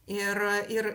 ir ir